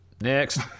Next